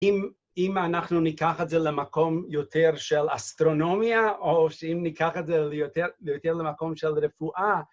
אם אנחנו ניקח את זה למקום יותר של אסטרונומיה או שאם ניקח את זה יותר למקום של רפואה